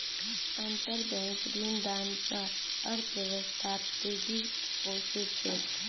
अंतरबैंक ऋणदान स अर्थव्यवस्थात तेजी ओसे छेक